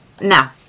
Now